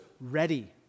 ready